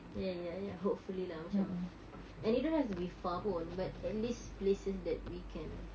ya ya ya hopefully lah macam and it don't have to be far pun but at least places that we can